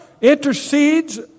intercedes